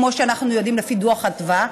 כמו שאנחנו יודעים לפי דוח אדוה,